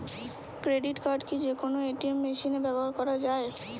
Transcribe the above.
Credit card কি যে কোনো এ.টি.এম মেশিনে ব্যবহার করা য়ায়?